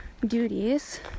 duties